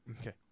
okay